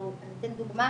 אני אתן דוגמה,